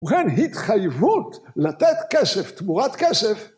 וכן התחייבות לתת כסף תמורת כסף